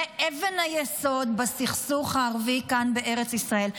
אבן היסוד בסכסוך הערבי כאן בארץ ישראל.